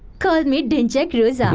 call me dhinchak roja.